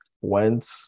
went